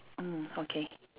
mm okay